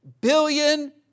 billion